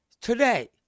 Today